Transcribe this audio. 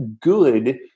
good